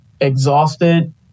exhausted